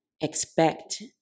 expect